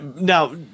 Now